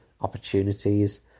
opportunities